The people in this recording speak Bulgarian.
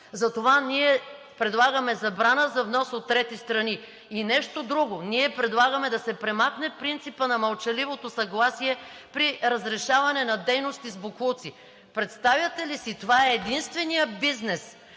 затова ние предлагаме забрана за внос от трети страни. И нещо друго. Ние предлагаме да се премахне принципът на мълчаливото съгласие при разрешаване на дейности с боклуци. Представяте ли си, това е единственият бизнес,